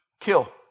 kill